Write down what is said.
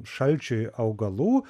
šalčiui augalų